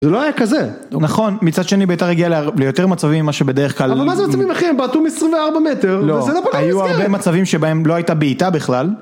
זה לא היה כזה. נכון, מצד שני ביתר הגיעה ליותר מצבים ממה שבדרך כלל... אבל מה זה מצבים אחי, הם בעטו מ-24 מטר, וזה לא פגע במסגרת. היו הרבה מצבים שבהם לא הייתה בעיטה בכלל.